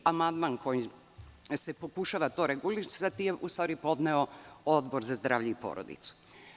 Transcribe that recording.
Amandman kojim se pokušava to regulisati je u stvari podneo Odbor za zdravlje i porodicu.